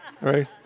right